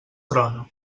trona